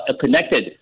connected